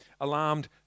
alarmed